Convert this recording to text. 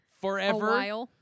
forever